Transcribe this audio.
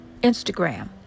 Instagram